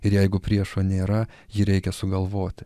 ir jeigu priešo nėra jį reikia sugalvoti